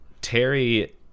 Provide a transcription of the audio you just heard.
Terry